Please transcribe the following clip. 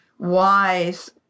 wise